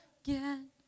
again